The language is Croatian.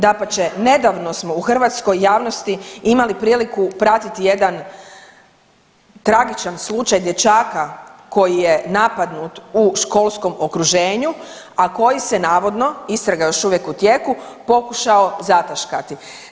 Dapače, nedavno smo u Hrvatskoj javnosti imali priliku pratiti jedan tragičan slučaj dječaka koji je napadnut u školskom okruženju, a koji se navodno, istraga je još uvijek u tijeku pokušao zataškati.